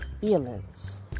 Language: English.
feelings